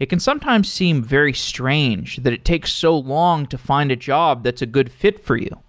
it can sometimes seem very strange that it takes so long to find a job that's a good fit for you